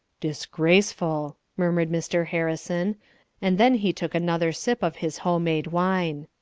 disgraceful! murmured mr. harrison and then he took another sip of his home-made wine.